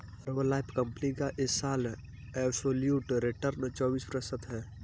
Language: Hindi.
हर्बललाइफ कंपनी का इस साल एब्सोल्यूट रिटर्न चौबीस प्रतिशत है